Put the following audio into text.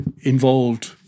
involved